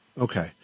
Okay